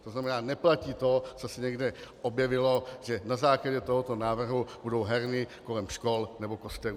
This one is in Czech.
To znamená, neplatí to, co se někde objevilo, že na základě tohoto návrhu budou herny kolem škol nebo kostelů.